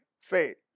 faith